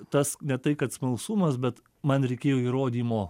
tas ne tai kad smalsumas bet man reikėjo įrodymo